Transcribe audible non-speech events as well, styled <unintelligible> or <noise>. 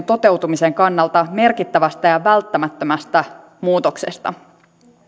<unintelligible> toteutumisen kannalta merkittävästä ja välttämättömästä muutoksesta